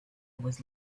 was